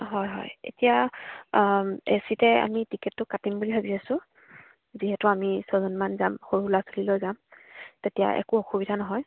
হয় হয় এতিয়া এচিতে আমি টিকেটটো কাটিম বুলি ভাবি আছোঁ যিহেতু আমি ছয়জনমান যাম সৰু ল'ৰা ছোৱালীলৈ যাম তেতিয়া একো অসুবিধা নহয়